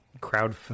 crowd